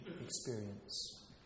experience